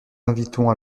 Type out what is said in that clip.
invitons